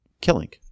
killing